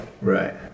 Right